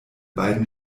beiden